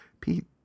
Pete